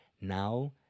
Now